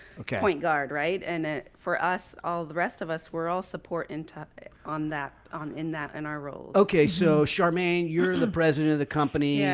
okay, point guard, right. and for us, all the rest of us, we're all support into on that, in that in our role, okay, so, charmaine, you're the president of the company,